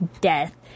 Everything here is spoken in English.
death